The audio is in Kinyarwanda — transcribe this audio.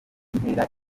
intera